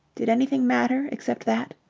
did anything matter except that?